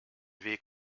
weg